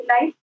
life